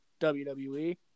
WWE